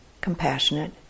compassionate